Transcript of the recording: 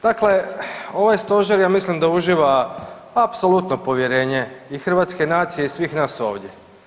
Dakle ovaj Stožer ja mislim da uživa apsolutno povjerenje i hrvatske nacije i svih nas ovdje.